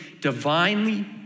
divinely